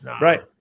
Right